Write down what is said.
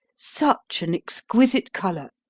such an exquisite colour!